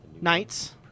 nights